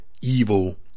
evil